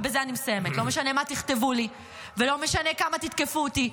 ובזה אני מסיימת: לא משנה מה תכתבו לי ולא משנה כמה תתקפו אותי,